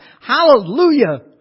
Hallelujah